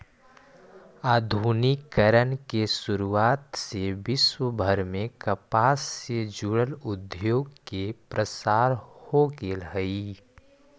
आधुनिकीकरण के शुरुआत से विश्वभर में कपास से जुड़ल उद्योग के प्रसार हो गेल हई